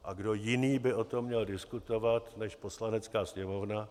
A kdo jiný by o tom měl diskutovat než Poslanecká sněmovna?